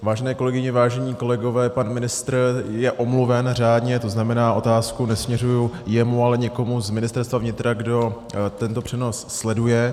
Vážené kolegyně, vážení kolegové, pan ministr je řádně omluven, to znamená otázku nesměřuji jemu, ale někomu z Ministerstva vnitra, kdo tento přenos sleduje.